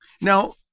Now